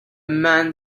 man